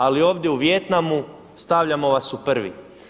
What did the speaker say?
Ali ovdje u Vijetnamu stavljamo vas u prvi.